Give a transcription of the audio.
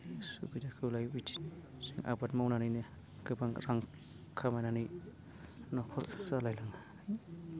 सुबिदाखौ लायो बिदिनो जों आबाद मावनानैनो गोबां रां खामायनानै न'खर सालायो